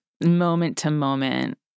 moment-to-moment